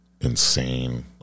insane